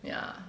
yeah